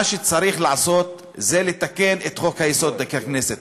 מה שצריך לעשות זה לתקן את חוק-יסוד: הכנסת,